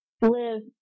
live